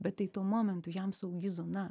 bet tai tuo momentu jam saugi zona